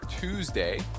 Tuesday